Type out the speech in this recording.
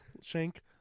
Shank